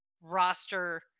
roster